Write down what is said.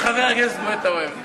אני את חבר הכנסת גואטה אוהב.